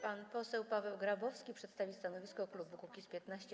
Pan poseł Paweł Grabowski przedstawi stanowisko klubu Kukiz’15.